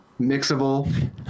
mixable